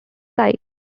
site